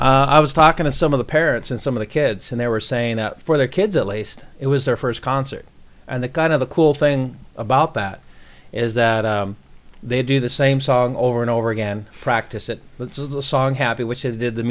was i was talking to some of the parents and some of the kids and they were saying that for the kids at least it was their first concert and the kind of the cool thing about that is that they do the same song over and over again practice it so the song happy which it did the